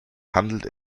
handelt